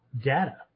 data